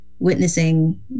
witnessing